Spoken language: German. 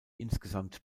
insgesamt